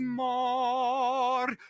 more